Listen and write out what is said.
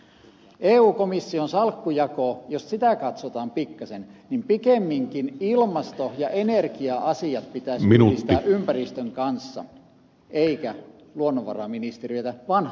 jos eu komission salkkujakoa katsotaan pikkasen niin pikemminkin pitäisi ilmasto ja energia asiat yhdistää ympäristön kanssa kuin perustaa luonnonvaraministeriö vanhan mallin mukaan